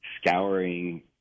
scouring